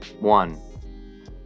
One